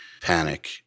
panic